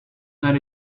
not